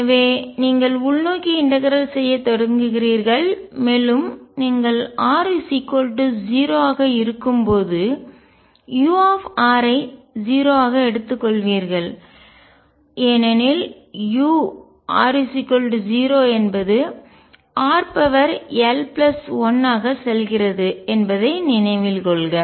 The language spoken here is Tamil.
எனவே நீங்கள் உள்நோக்கி இன்டகரல்ஒருங்கிணைக்க செய்ய தொடங்குகிறீர்கள் மேலும் நீங்கள் r 0 ஆக இருக்கும் போது u ஐ 0 ஆக எடுத்துக்கொள்வீர்கள் ஏனெனில் u r 0 என்பது rl1 ஆக செல்கிறது என்பதை நினைவில் கொள்க